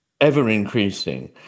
ever-increasing